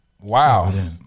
Wow